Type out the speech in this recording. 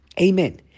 Amen